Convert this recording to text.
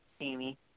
Amy